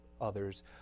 others